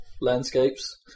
landscapes